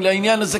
לעניין הזה,